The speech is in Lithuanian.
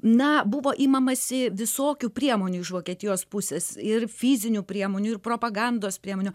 na buvo imamasi visokių priemonių iš vokietijos pusės ir fizinių priemonių ir propagandos priemonių